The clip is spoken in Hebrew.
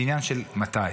זה עניין של מתי.